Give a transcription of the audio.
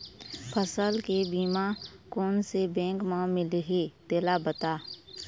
फसल के बीमा कोन से बैंक म मिलही तेला बता?